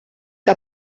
que